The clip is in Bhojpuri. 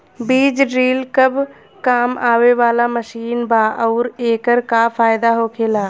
बीज ड्रील कब काम आवे वाला मशीन बा आऊर एकर का फायदा होखेला?